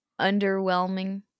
underwhelming